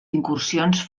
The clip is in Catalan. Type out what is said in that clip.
incursions